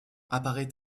apparaît